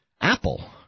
Apple